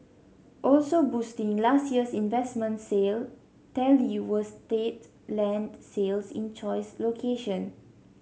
also boosting last year's investment sale tally were state land sales in choice location